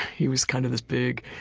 he was kind of this big,